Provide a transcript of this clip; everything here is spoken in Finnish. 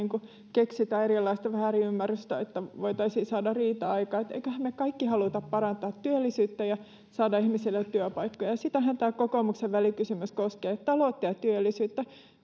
keksitään erilaista väärinymmärrystä että voitaisiin saada riita aikaan emmeköhän me kaikki halua parantaa työllisyyttä ja saada ihmisille työpaikkoja sitähän tämä kokoomuksen välikysymys koskee taloutta ja työllisyyttä